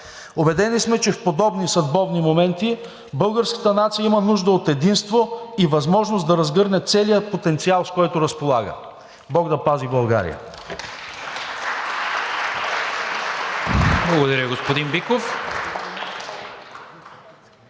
Убедени сме, че в подобни съдбовни моменти българската нация има нужда от единство и възможност да разгърне целия потенциал, с който разполага. Бог да пази България!